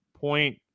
point